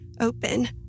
open